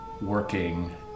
working